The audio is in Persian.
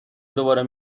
دوباره